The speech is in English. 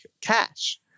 cash